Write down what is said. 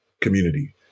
community